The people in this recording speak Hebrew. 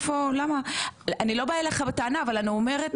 אני לא באה אליך בטענה אבל אני אומרת,